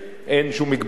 אין שום הגבלות.